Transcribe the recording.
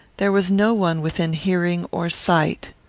there was no one within hearing or sight.